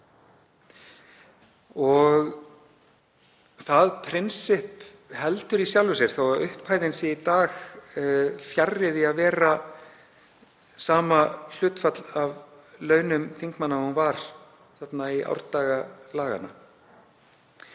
Og það prinsipp heldur í sjálfu sér þó að upphæðin sé í dag fjarri því að vera sama hlutfall af launum þingmanna og hún var í árdaga laganna.